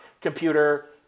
computer